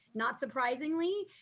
not surprisingly,